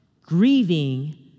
Grieving